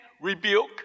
rebuke